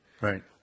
Right